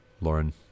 Lauren